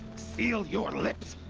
seal your lips!